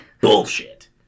bullshit